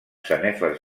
sanefes